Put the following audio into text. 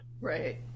Right